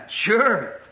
Sure